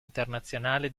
internazionale